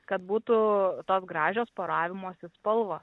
kad būtų tos gražios poravimosi spalvos